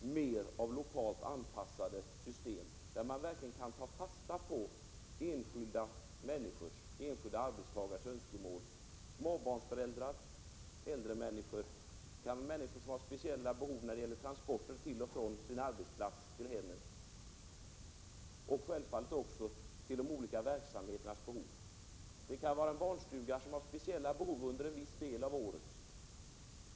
Inom ramen för dem skall man kunna ta fasta på enskilda människors och arbetstagares önskemål. Det gäller småbarnsföräldrar, äldre människor, människor med speciella behov av transporter till och från arbetsplatsen osv. Självfallet skall man också ta fasta på de olika verksamheternas behov. Det kan vara en barnstuga som har speciella behov under en viss del av året.